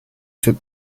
took